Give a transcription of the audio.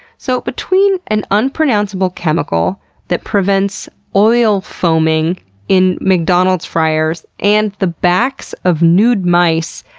so, between an unpronounceable chemical that prevents oil foaming in mcdonald's fryers, and the backs of nude mice,